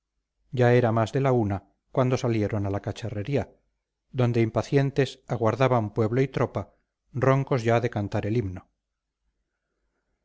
ya era más de la una cuando salieron a la cacharrería donde impacientes aguardaban pueblo y tropa roncos ya de cantar el himno